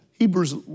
Hebrews